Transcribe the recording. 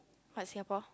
what Singapore